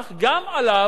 על השלטון המקומי,